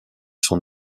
son